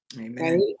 Amen